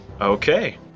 Okay